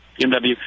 BMW